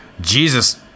Jesus